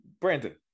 Brandon